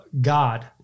God